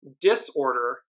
disorder